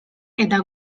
eta